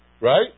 Right